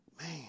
Man